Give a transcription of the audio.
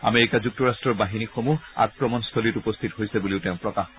America যুক্তৰাট্টৰ বাহিনীসমূহ আক্ৰমণস্থলীত উপস্থিত হৈছে বুলিও তেওঁ প্ৰকাশ কৰে